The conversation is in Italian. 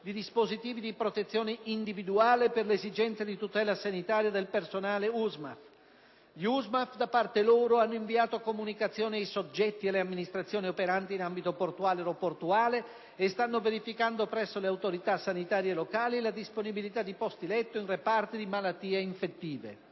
di dispositivi di protezione individuale (DPI) per le esigenze di tutela sanitaria del personale USMAF. Gli USMAF, da parte loro, hanno inviato comunicazioni ai soggetti e alle amministrazioni operanti in ambito portuale e aeroportuale e stanno verificando presso le autorità sanitarie locali la disponibilità di posti letto in reparti di malattie infettive.